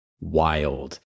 wild